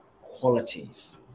qualities